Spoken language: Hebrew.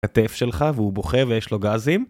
הכתף שלך והוא בוכה ויש לו גזים?